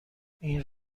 این